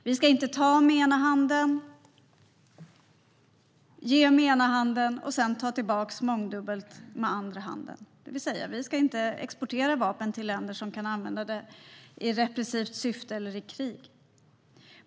Vi ska inte ge med ena handen och sedan ta tillbaka mångdubbelt med den andra handen. Vi ska alltså inte exportera vapen till länder som kan använda dem i repressivt syfte eller i krig.